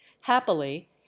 happily